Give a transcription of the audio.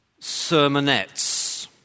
sermonettes